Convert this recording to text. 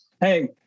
hey